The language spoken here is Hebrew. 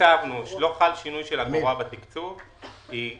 תקצבנו ולא חל שינוי בתקצוב כי היא